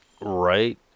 right